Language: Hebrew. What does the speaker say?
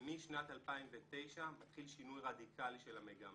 שמשנת 2009 מתחיל שינוי רדיקלי של המגמה.